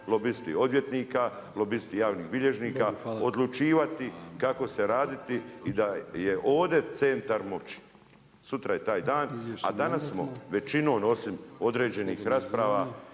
lobisti odvjetnika, lobisti javnih bilježnika, odlučivati kako se raditi i da je ovdje centar moći. Sutra je taj dan, a danas smo većinom osim određenih rasprava,